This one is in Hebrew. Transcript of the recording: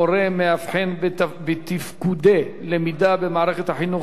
מורה מאבחן בתפקודי למידה במערכת החינוך,